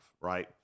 right